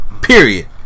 Period